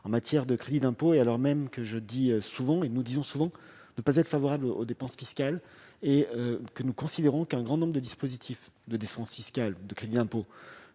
en matière de crédits d'impôts, et alors même que je dis souvent, et nous disons souvent ne pas être favorable aux dépenses fiscales et que nous considérons qu'un grand nombre de dispositifs de défense fiscal de crédit impôt